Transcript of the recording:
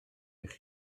eich